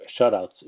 shutouts